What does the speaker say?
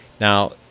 Now